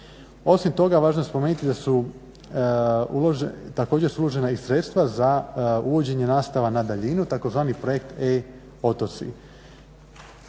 Osim toga važno je spomenuti da su također su uložena sredstva za uvođenja nastava na daljinu tzv. Projekt E-otoci.